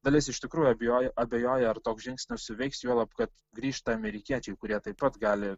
dalis iš tikrųjų abejoju abejoja ar toks žingsnis suveiks juolab kad grįžta amerikiečiai kurie taip pat gali